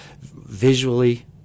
visually